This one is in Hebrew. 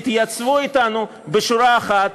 יתייצבו אתנו בשורה אחת,